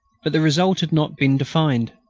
but the result had not been defined.